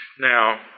Now